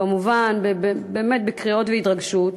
כמובן באמת בקריאות והתרגשות,